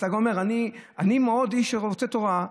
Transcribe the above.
אתה גם אומר: אני איש שמאוד רוצה תורה.